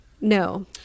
No